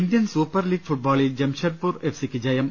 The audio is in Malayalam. ഇന്ത്യൻ സൂപ്പർ ലീഗ് ഫുട്ബോളിൽ ജംഷഡ്പൂർ എഫ് സിക്ക് ജയം